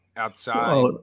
outside